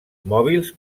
mòbils